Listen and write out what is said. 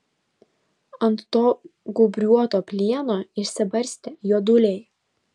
ant to gūbriuoto plieno išsibarstę juoduliai